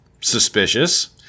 suspicious